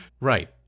Right